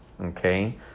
okay